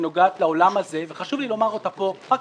שנוגעת לעולם הזה וחשוב לי לומר אותה פה רק